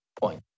point